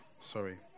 sorry